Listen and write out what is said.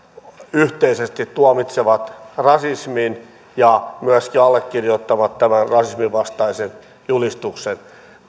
yhteisesti tuomitsevat rasismin ja myöskin allekirjoittavat tämän rasisminvastaisen julistuksen